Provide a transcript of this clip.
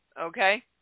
Okay